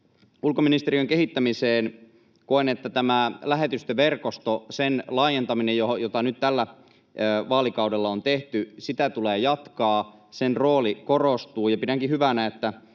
ulkoministeriön kehittämiseen, niin koen, että tämän lähetystöverkoston laajentamista, jota nyt tällä vaalikaudella on tehty, tulee jatkaa. Sen rooli korostuu, ja pidänkin hyvänä, että